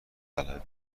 غلبه